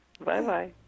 Bye-bye